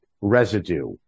residue